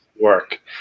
work